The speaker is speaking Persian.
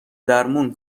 درمون